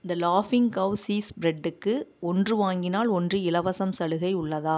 த லாஃபிங் Cow cheese ப்ரெட்டுக்கு ஒன்று வாங்கினால் ஒன்று இலவசம் சலுகை உள்ளதா